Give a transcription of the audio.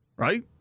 Right